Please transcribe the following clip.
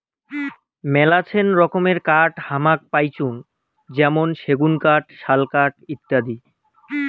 মেলাছেন রকমের কাঠ হামাক পাইচুঙ যেমন সেগুন কাঠ, শাল কাঠ ইত্যাদি